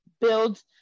build